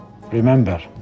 Remember